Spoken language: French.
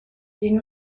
d’une